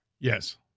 Yes